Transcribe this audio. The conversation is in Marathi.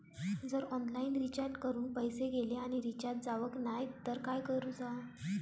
जर ऑनलाइन रिचार्ज करून पैसे गेले आणि रिचार्ज जावक नाय तर काय करूचा?